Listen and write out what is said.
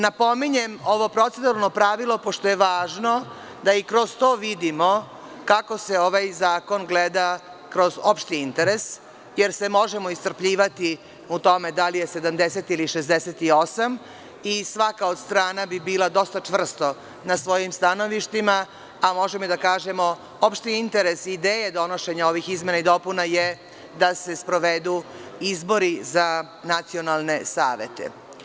Napominjem, ovo proceduralno pravilo je važno da i kroz to vidimo kako se ovaj zakon gleda kroz opšti interes, jer se možemo iscrpljivati u tome da li je 70 ili 68 i svaka od strana bi bila dosta čvrsto na svojim stanovištima, a možemo i da kažemo – opšti interes i ideje donošenja ovih izmena i dopune je da se sprovedu izbori za nacionalne savete.